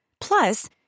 Plus